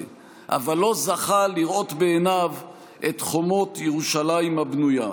אבל לא זכה לראות בעיניו את חומות ירושלים הבנויה.